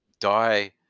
die